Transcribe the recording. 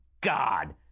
God